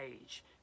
age